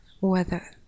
weather